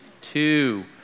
two